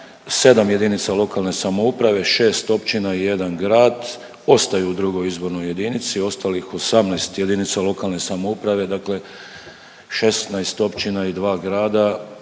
7 jedinica lokalne samouprave 6 općina i 1 grad ostaju u II. izbornoj jedinici ostalih 18 jedinica lokalne samouprave dakle 16 općina i 2 grada